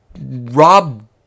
Rob